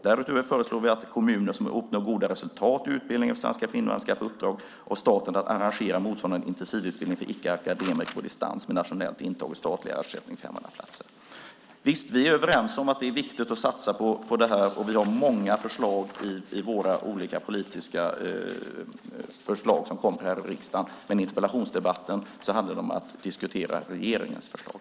Därutöver föreslår vi att kommuner som uppnår goda resultat i utbildning i svenska för invandrare ska få i uppdrag av staten att arrangera motsvarande intensivutbildning för icke-akademiker på distans med nationell intagning och statlig ersättning, 500 platser. Visst är vi överens om att det är viktigt att satsa på det här, och vi har många olika politiska förslag som kommer till riksdagen. Men interpellationsdebatten handlade om att diskutera regeringens förslag.